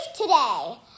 today